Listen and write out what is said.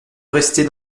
rester